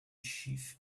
chief